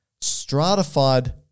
stratified